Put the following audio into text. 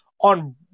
on